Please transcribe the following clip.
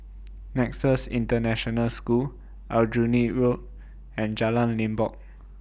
Nexus International School Aljunied Road and Jalan Limbok